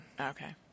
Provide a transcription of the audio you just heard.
Okay